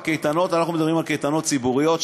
אנחנו מדברים על קייטנות ציבוריות,